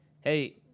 hey